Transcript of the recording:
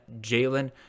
Jalen